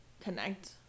connect